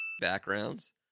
backgrounds